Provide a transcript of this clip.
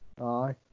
Aye